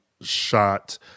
shot